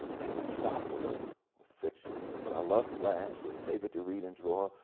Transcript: and metropolis was fictional, but i love flash, he was favored to read and draw,